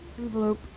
Envelope